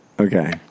Okay